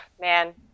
man